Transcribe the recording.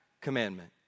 commandment